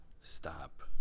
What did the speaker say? stop